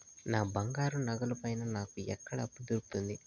నా బంగారు నగల పైన నాకు ఎక్కడ అప్పు దొరుకుతుంది